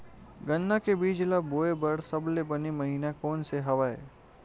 गन्ना के बीज ल बोय बर सबले बने महिना कोन से हवय?